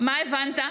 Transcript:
מה הבנת?